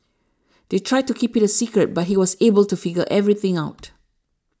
they tried to keep it a secret but he was able to figure everything out